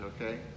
Okay